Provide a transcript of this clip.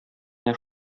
менә